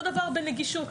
אותו דבר בנגישות.